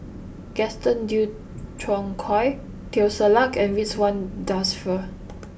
Gaston Dutronquoy Teo Ser Luck and Ridzwan Dzafir